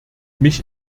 mich